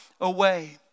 away